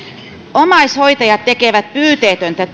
omaishoitajat tekevät pyyteetöntä